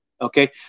okay